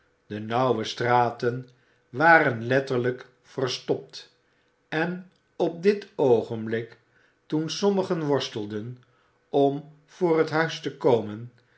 de nauwe straten waren letterlijk verstopt en op dit oogenblik toen sommigen worstelden om voor het huis te komen